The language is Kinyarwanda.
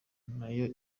nayo